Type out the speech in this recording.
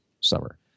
summer